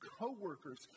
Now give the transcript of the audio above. co-workers